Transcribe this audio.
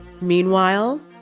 Meanwhile